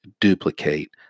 duplicate